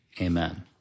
Amen